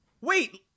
Wait